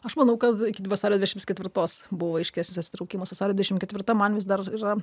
aš manau kad iki vasario dvidešimt ketvirtos buvo aiškesnis atsitraukimas vasario dvidešimt ketvirta man vis dar yra